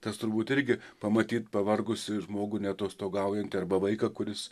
tas turbūt irgi pamatyt pavargusį žmogų neatostogaujantį arba vaiką kuris